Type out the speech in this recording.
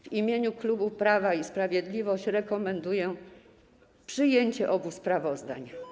W imieniu klubu Prawa i Sprawiedliwość rekomenduję przyjęcie obu sprawozdań.